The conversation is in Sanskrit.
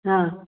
हा